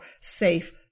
safe